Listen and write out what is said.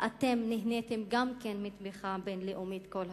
אתם נהניתם גם כן מתמיכה בין-לאומית כל הזמן.